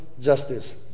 Justice